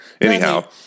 anyhow